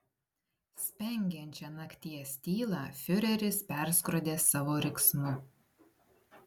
spengiančią nakties tylą fiureris perskrodė savo riksmu